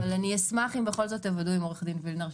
אשמח אם בכל זאת תוודאו עם עו"ד וילנר,